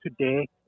today